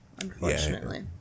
unfortunately